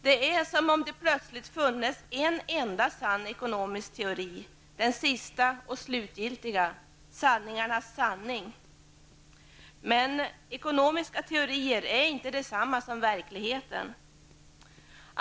Det är som om det plötsligt funnes en enda sann ekonomisk teori -- den sista och slutgiltiga, sanningarnas sanning. Men ekonomiska teorier är inte detsamma som verkligheten.